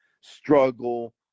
struggle